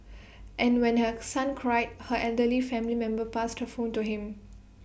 and when her son cried her elderly family member passed her phone to him